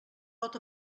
pot